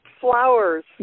flowers